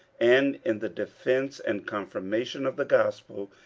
and in the defence and confirmation of the gospel,